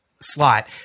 slot